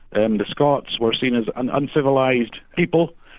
and the scots were seen as an uncivilised people,